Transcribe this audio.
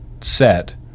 set